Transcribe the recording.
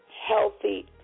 healthy